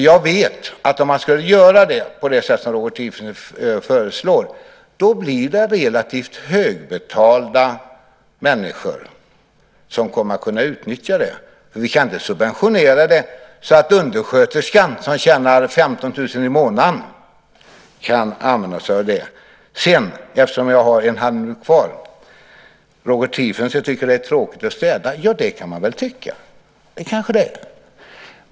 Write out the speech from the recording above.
Jag vet att om man skulle göra detta på det sätt som Roger Tiefensee föreslår blir det relativt högbetalda människor som kommer att kunna utnyttja det. Vi kan inte subventionera det här så att undersköterskan, som tjänar 15 000 i månaden, kan använda sig av det. Eftersom jag har en halv minuts talartid kvar vill jag också nämna att Roger Tiefensee tycker att det är tråkigt att städa. Det kan man väl tycka. Det kanske det är.